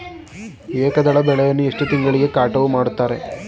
ಏಕದಳ ಬೆಳೆಯನ್ನು ಎಷ್ಟು ತಿಂಗಳಿಗೆ ಕಟಾವು ಮಾಡುತ್ತಾರೆ?